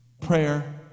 prayer